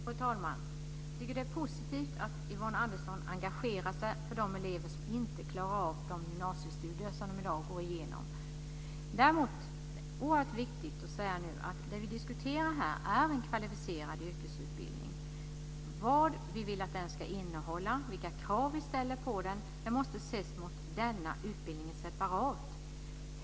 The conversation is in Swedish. Fru talman! Det är positivt att Yvonne Andersson engagerar sig för de elever som inte klarar av de gymnasiestudier de i dag går igenom. Det är oerhört viktigt att säga att det vi diskuterar här är en kvalificerad yrkesutbildning. Vad vi vill att den ska innehålla, vilka krav vi ställer på den, måste ses separat mot denna utbildning.